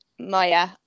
maya